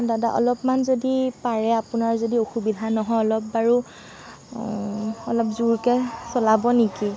দাদা অলপমান যদি পাৰে আপোনাৰ যদি অসুবিধা নহয় অলপ বাৰু অলপ জোৰকৈ চলাব নেকি